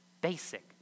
Basic